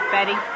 Betty